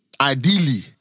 Ideally